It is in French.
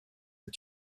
est